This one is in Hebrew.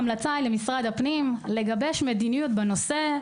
ההמלצה למשרד הפנים היא לגבש מדיניות בנושא,